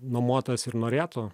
nuomotojas ir norėtų